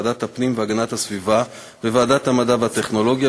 ועדת הפנים והגנת הסביבה וועדת המדע והטכנולוגיה,